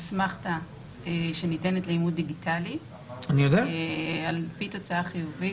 אסמכתה שניתנת לאימות דיגיטלי על-פי תוצאה חיובית.